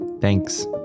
Thanks